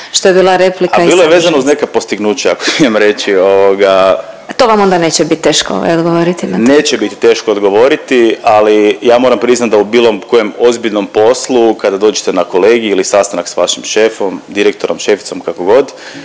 **Vidiš, Ivan** Al bilo je vezano uz neka postignuća ako smijem reći, ovoga… …/Upadica Glasovac: To vama onda neće bit teško odgovoriti na to./… Neće biti teško odgovoriti, ali ja moram priznat da u bilo kojem ozbiljnom poslu kada dođete na kolegij ili sastanak s vašim šefom, direktorom, šeficom, kako god